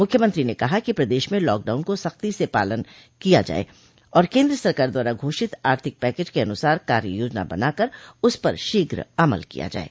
मुख्यमंत्री ने कहा कि प्रदश में लॉकडाउन को सख्ती से लागू किया जाये और केन्द्र सरकार द्वारा घोषित आर्थिक पैकेज के अनुसार कार्य योजना बना कर उस पर शीघ्र अमल किया जाये